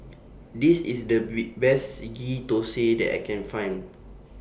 This IS The Bee Best Ghee Thosai that I Can Find